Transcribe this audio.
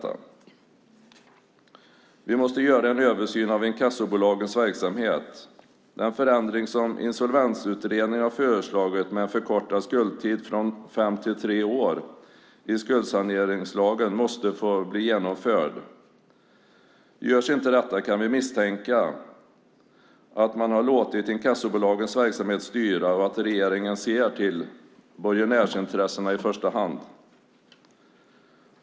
Vi måste göra en översyn av inkassobolagens verksamhet. Den förändring som insolvensutredningen har föreslagit med en förkortad skuldtid från fem till tre år i skuldsaneringslagen måste få bli genomförd. Görs inte det kan vi misstänkta att man har låtit inkassobolagens verksamhet styra och att regeringen ser till borgenärsintressena i första hand.